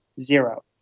Zero